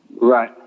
Right